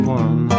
one